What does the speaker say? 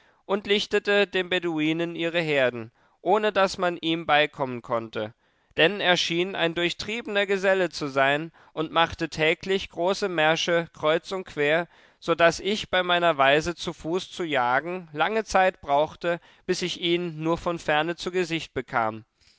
und lichtete den beduinen ihre herden ohne daß man ihm beikommen konnte denn er schien ein durchtriebener geselle zu sein und machte täglich große märsche kreuz und quer so daß ich bei meiner weise zu fuß zu jagen lange zeit brauchte bis ich ihn nur von ferne zu gesicht bekam